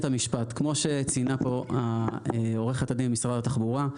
-- כפי שציינה פה עורכת הדין ממשרד התחבורה,